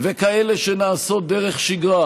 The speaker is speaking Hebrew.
וכאלה שנעשות דרך שגרה,